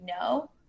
no